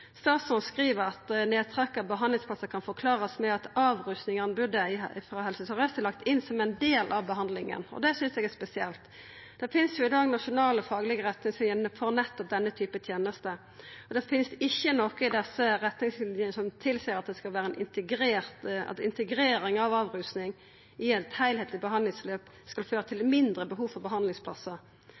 Statsråden skriv at nedtrekk av behandlingsplassar kan forklarast med at avrusing i anbodet frå Helse Sør-Aust er lagt inn som ein del av behandlinga. Det synest eg er spesielt. Det finst i dag nasjonale faglege retningslinjer for nettopp denne typen teneste, og det finst ikkje noko i desse retningslinjene som tilseier at integrering av avrusing i eit heilskapleg behandlingsløp skal føra til mindre behov for